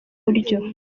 buryo